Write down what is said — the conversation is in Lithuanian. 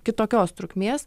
kitokios trukmės